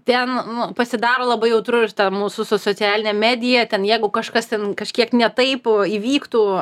ten nu pasidaro labai jautru ir ta mūsų socialinė medija ten jeigu kažkas ten kažkiek ne taip įvyktų